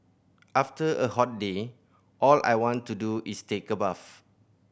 after a hot day all I want to do is take a bath